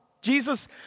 Jesus